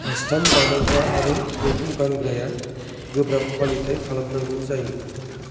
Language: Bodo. आस्थाम बानायग्रा आरो बेखौ गानग्राया गोब्राब फालिथाइ खालामनांगौ जायो